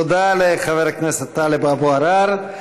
תודה לחבר הכנסת טלב אבו עראר.